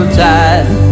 tide